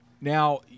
now